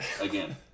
again